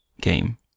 game